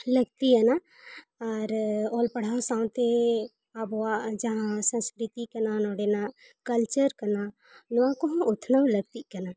ᱞᱟᱠᱛᱤᱭᱟᱱᱟ ᱟᱨ ᱚᱞ ᱯᱟᱲᱦᱟᱣ ᱥᱟᱶ ᱥᱟᱶᱛᱮ ᱟᱵᱚᱣᱟᱜ ᱡᱟᱦᱟᱸ ᱥᱟᱱᱥᱠᱨᱤᱛᱤ ᱠᱟᱱᱟ ᱱᱚᱰᱮᱱᱟᱜ ᱠᱟᱞᱪᱟᱨ ᱠᱟᱱᱟ ᱱᱚᱣᱟ ᱠᱚᱦᱚᱸ ᱩᱛᱱᱟᱹᱣ ᱞᱟᱹᱠᱛᱤᱜ ᱠᱟᱱᱟ